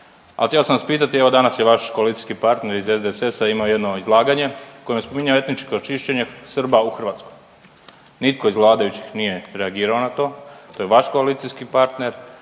A htio sam vas pitati, evo danas je vaš koalicijski partner iz SDSS-a imao jedno izlaganje u kojem je spominjao etničko čišćenje Srba u Hrvatskoj. Nitko iz vladajućih nije reagirao na to, to je vaš koalicijski partner,